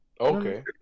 Okay